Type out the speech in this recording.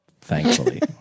Thankfully